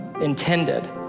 intended